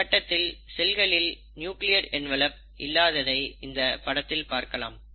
இந்தக் கட்டத்தில் செல்களில் நியூக்ளியர் என்வலப் இல்லாததை இந்த படத்தில் பார்க்கலாம்